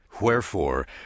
Wherefore